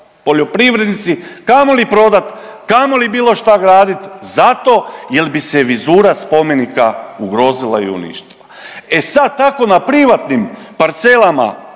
poljoprivrednici kamoli prodat, kamoli bilo šta gradit zato jer bi se vizura spomenika ugrozila i uništila. E sad tako na privatnim parcelama